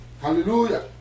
Hallelujah